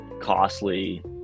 costly